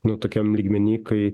nu tokiam lygmeny kai